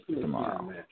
tomorrow